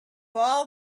all